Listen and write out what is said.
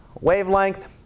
wavelength